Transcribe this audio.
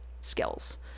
skills